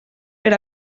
per